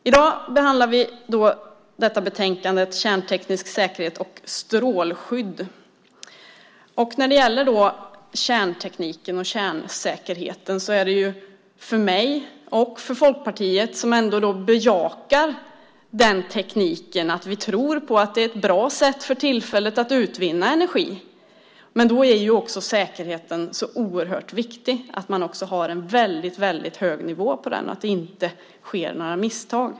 I dag behandlar vi betänkandet Kärnteknisk säkerhet och strålskydd . När det gäller kärntekniken och kärnsäkerheten tror jag och Folkpartiet, som bejakar denna teknik, på att det för tillfället är ett bra sätt att utvinna energi. Säkerheten är dock oerhört viktig, liksom att man har en väldigt hög nivå på den så att det inte sker några misstag.